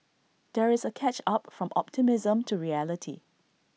there is A catch up from optimism to reality